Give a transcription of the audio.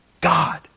God